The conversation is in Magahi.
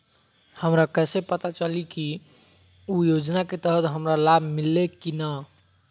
हमरा कैसे पता चली की उ योजना के तहत हमरा लाभ मिल्ले की न?